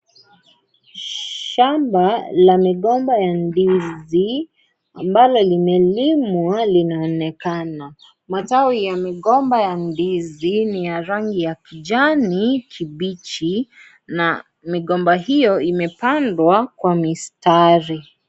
Shamba la migomba ya ndizi ambalo limelimwa linaonekana. Matawi ya migomba ya ndizi ni ya rangi ya kijani kibichi na migomba hiyo imepandwa kwa mistari.